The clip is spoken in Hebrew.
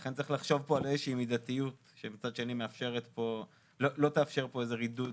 לכן צריך לחשוב על איזושהי מידתיות שמצד אחד לא תאפשר פה איזה רידוד